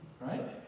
right